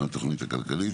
התוכנית הכלכלית,